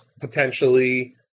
potentially